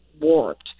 warped